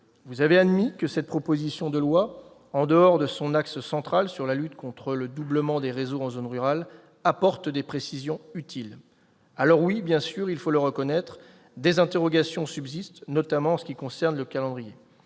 Vous avez admis que cette proposition de loi, en dehors de son axe central sur la lutte contre le doublement des réseaux en zone rurale, apporte des précisions utiles. Alors oui, bien sûr, il faut le reconnaître, des interrogations subsistent, notamment en ce qui concerne le calendrier.